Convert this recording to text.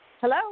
Hello